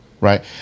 right